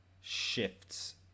shifts